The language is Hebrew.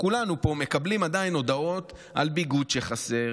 כולנו פה מקבלים הודעות על ביגוד שחסר,